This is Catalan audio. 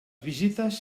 visites